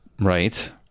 Right